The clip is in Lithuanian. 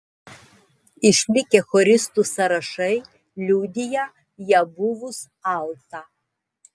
išlikę choristų sąrašai liudija ją buvus altą